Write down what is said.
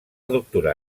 doctorar